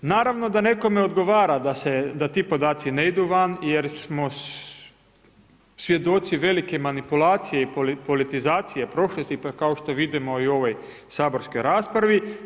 Naravno da nekome odgovara da ti podaci ne idu van, jer smo svjedoci velike manipulacije i politizacije prošlosti, kao što vidimo i u ovoj saborskoj raspravi.